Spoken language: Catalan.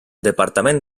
departament